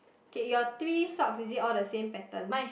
okay your three socks is it all the same pattern